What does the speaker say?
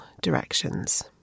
directions